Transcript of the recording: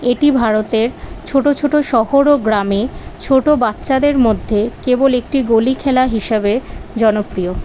এটি ভারতের ছোট ছোট শহর ও গ্রামে ছোট বাচ্চাদের মধ্যে কেবল একটি গলি খেলা হিসাবে জনপ্রিয়